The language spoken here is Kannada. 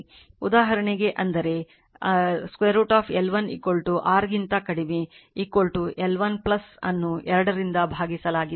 ಉದಾಹರಣೆಗೆ ಅಂದರೆ √ L1 r ಗಿಂತ ಕಡಿಮೆ L1 ಅನ್ನು 2 ರಿಂದ ಭಾಗಿಸಲಾಗಿದೆ